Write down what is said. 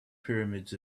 pyramids